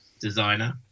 designer